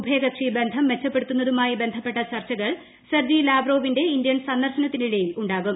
ഉഭയകക്ഷി ബന്ധം മെച്ചപ്പെടുത്തുന്നതുമായി ബന്ധപ്പെട്ട് ചർച്ചകൾ സെർജിലാവ് റോവിന്റെ ഇന്ത്യൻ സന്ദർശനത്തിനിടയിൽ ഉണ്ടാകും